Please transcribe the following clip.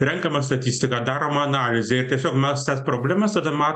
renkama statistika daroma analizė ir tiesiog mes tas problemas tada ma